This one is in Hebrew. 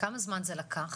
כמה זמן זה לקח?